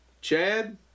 Chad